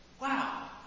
Wow